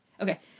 Okay